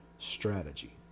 strategy